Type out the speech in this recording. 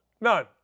None